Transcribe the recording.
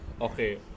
Okay